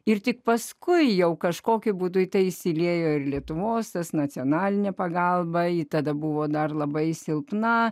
ir tik paskui jau kažkokiu būdu į tai įsiliejo ir lietuvos nacionalinė pagalba ji tada buvo dar labai silpna